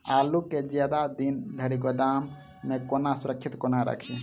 आलु केँ जियादा दिन धरि गोदाम मे कोना सुरक्षित कोना राखि?